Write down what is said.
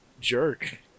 jerk